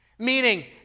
Meaning